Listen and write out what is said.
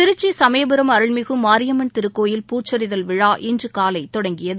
திருச்சி சமயபுரம் அருள்மிகு மாரியம்மன் திருக்கோயில் பூச்சொரிதல் விழா இன்று காலை தொடங்கியது